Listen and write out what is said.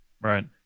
Right